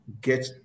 get